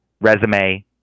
resume